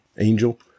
Angel